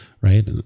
right